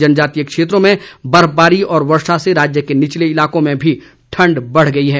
जनजातीय क्षेत्रों में बर्फबारी व वर्षा से राज्य के निचले इलाकों में भी ठण्ड बढ़ गई है